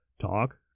Talk